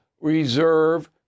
reserve